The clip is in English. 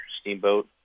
Steamboat